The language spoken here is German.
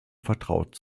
vertraut